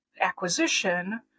acquisition